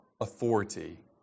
authority